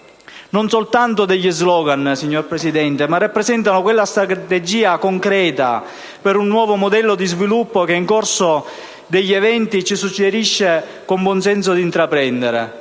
sono soltanto degli *slogan*, ma rappresentano quella strategia concreta per un nuovo modello di sviluppo che il corso degli eventi ci suggerisce con buonsenso di intraprendere.